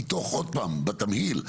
בתמהיל.